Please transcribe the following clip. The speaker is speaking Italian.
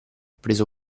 preso